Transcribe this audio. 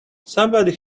somebody